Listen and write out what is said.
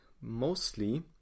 mostly